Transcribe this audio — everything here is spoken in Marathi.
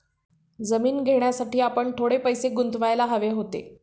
जमीन घेण्यासाठी आपण थोडे पैसे गुंतवायला हवे होते